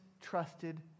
trusted